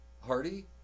Hardy